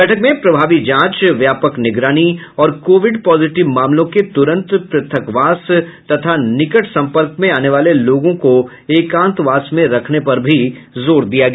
बैठक में प्रभावी जांच व्यापक निगरानी और कोविड पॉजिटिव मामलों के तुरंत प्रथकवास तथा निकट संपर्क में आने वाले लोगों को एकांतवास में रखने पर भी जोर दिया गया